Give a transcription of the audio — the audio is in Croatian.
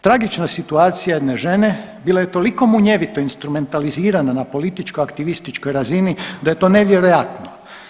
Tragična situacija jedne žene bila je toliko munjevito instrumentalizirana na političko aktivističkoj razini da je to nevjerojatno.